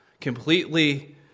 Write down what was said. completely